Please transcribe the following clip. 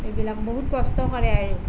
এইবিলাক বহুত কষ্ট কৰে আৰু